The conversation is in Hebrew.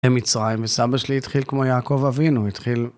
הם מצרים. וסבא שלי התחיל כמו יעקב אבינו, הוא התחיל...